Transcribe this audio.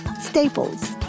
Staples